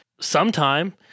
sometime